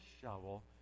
shovel